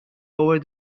over